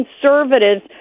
conservatives